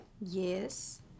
yes